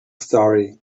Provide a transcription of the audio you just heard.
story